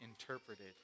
interpreted